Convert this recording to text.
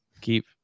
Keep